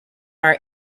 our